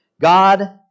God